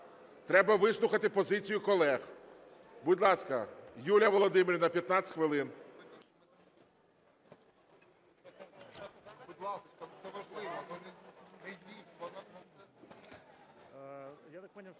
треба вислухати позицію колег. Будь ласка, Юлія Володимирівна, 15 хвилин.